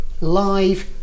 live